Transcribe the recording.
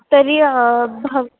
तर्हि भव्